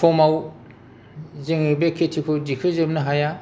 समाव जोङो बे खेथिखौ देफैजोबनो हाया